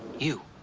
you.